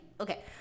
Okay